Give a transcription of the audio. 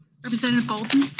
representative bolden?